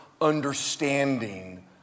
understanding